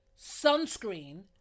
sunscreen